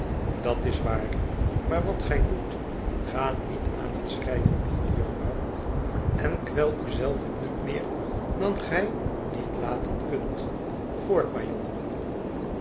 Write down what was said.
dat is waar maar wat gij doet ga niet aan het schreien lieve jufvrouw en kwel u zelve niet meer dan gij niet laten kunt voort maar jongen